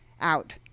out